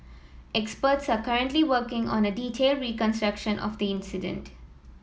experts are currently working on a detailed reconstruction of the incident